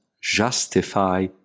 justify